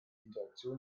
interaktion